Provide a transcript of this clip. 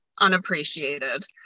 unappreciated